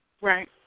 Right